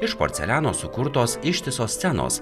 iš porceliano sukurtos ištisos scenos